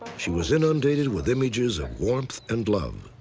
she was inundated with images of warmth and love.